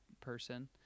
person